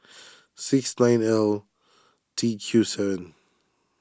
six nine L T Q seven